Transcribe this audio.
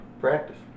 Practice